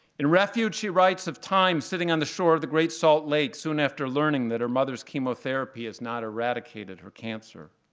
in refuge, she writes of times sitting on the shore of the great salt lake, soon after learning that her mother's chemotherapy has not eradicated her cancer.